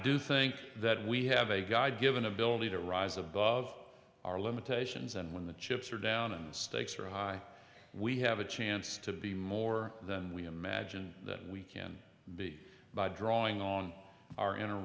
do think that we have a god given ability to rise above our limitations and when the chips are down and stakes are high we have a chance to be more than we imagine that we can be by drawing on our inner